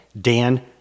Dan